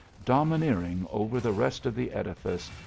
domineering over the rest of the edifice,